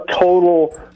total